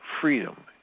freedom